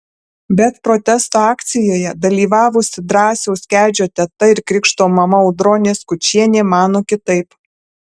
bet protesto akcijoje dalyvavusi drąsiaus kedžio teta ir krikšto mama audronė skučienė mano kitaip